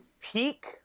Peak